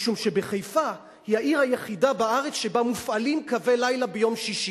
משום שחיפה היא העיר היחידה בארץ שבה מופעלים קווי לילה ביום שישי.